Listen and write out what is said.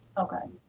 okay.